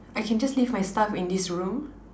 I can just leave my stuff in this room